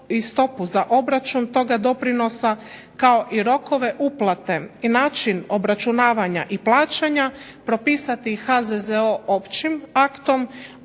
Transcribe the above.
HZZO općim aktom